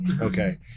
okay